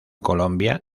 colombia